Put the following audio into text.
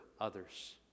others